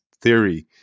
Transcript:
Theory